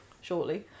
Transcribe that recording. shortly